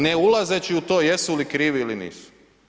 Ne ulazeći u to jesu li krivi ili nisu.